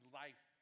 life